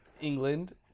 England